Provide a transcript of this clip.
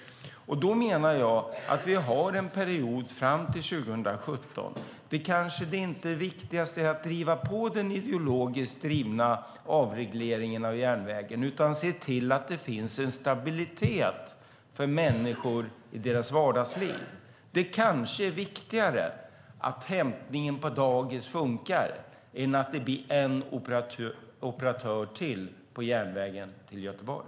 Då menar jag att vi har en period fram till 2017 när det viktigaste kanske inte är att driva på den ideologiskt drivna avregleringen av järnvägen utan se till att det finns en stabilitet för människor i deras vardagsliv. Det kanske är viktigare att hämtningen på dagis funkar än att det blir en operatör till på järnvägen till Göteborg.